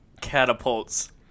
Catapult's